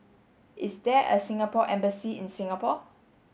is there a Singapore embassy in Singapore